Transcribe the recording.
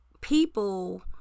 people